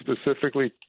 specifically